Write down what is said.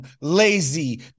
lazy